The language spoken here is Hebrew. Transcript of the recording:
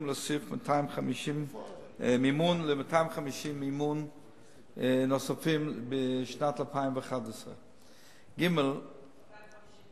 להוסיף מימון ל-250 נוספים בשנת 2011. 250 מה?